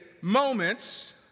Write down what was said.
moments